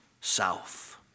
south